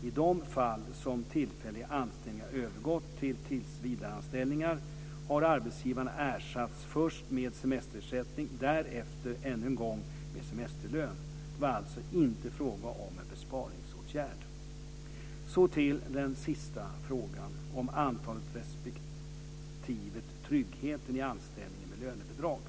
I de fall som tillfälliga anställningar övergått till tillsvidareanställningar har arbetsgivarna ersatts först med semesterersättning därefter ännu en gång med semesterlön. Det var alltså inte fråga om en besparingsåtgärd. Så till den sista frågan, om antalet respektive tryggheten i anställningar med lönebidrag.